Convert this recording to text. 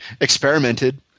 experimented